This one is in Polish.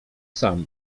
samo